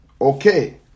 okay